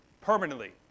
permanently